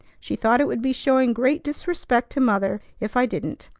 she thought it would be showing great disrespect to mother if i didn't,